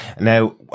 Now